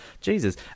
Jesus